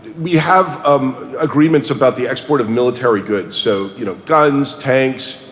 we have um agreements about the export of military goods, so you know guns, tanks,